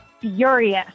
furious